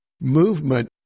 movement